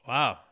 Wow